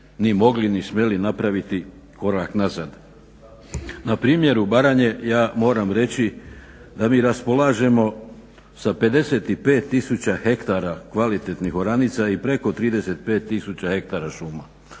ni mogli ni smjeli napraviti korak nazad. Na primjeru Baranje ja moram reći da mi raspolažemo sa 55 tisuća hektara kvalitetnih oranica i preko 35 tisuća hektara šuma.